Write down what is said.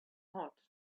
hot